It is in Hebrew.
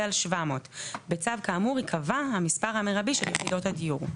על 700; בצו כאמור ייקבע המספר המרבי של יחידות הדיור.